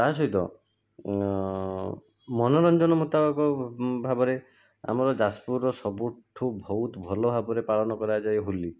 ତା' ସହିତ ମନୋରଞ୍ଜନ ମୁତାବକ ଭାବରେ ଆମର ଯାଜପୁରର ସବୁଠାରୁ ବହୁତ ଭଲ ଭାବରେ ପାଳନ କରାଯାଏ ହୋଲି